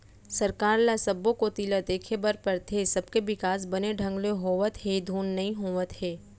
सरकार ल सब्बो कोती ल देखे बर परथे, सबके बिकास बने ढंग ले होवत हे धुन नई होवत हे